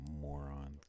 moron